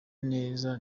neza